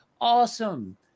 awesome